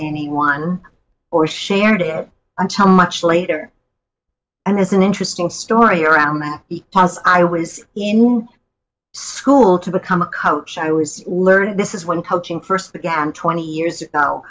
anyone or shared it until much later and as an interesting story around that because i was in school to become a coach i was learning this is when coaching first began twenty years